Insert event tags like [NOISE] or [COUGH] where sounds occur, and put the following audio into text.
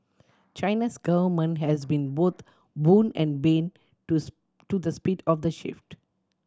China's government has been both boon and bane to [UNINTELLIGIBLE] to the speed of the shift